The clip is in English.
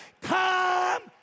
come